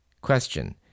question